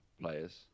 players